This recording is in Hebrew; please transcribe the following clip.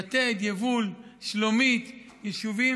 יתד, יבול, שלומית, יישובים